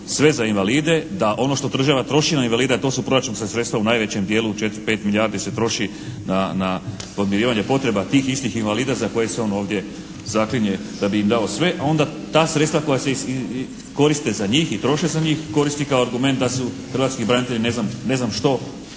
sve za invalide, da ono što država troši na invalide a to su proračunska sredstva u najvećem dijelu 4, 5 milijardi se troši na podmirivanje potreba tih istih invalida za koje se on ovdje zaklinje da bi im dao sve, a onda ta sredstva koja se koriste za njih i troše za njih, koristi kao argument da su hrvatski branitelji ne znam što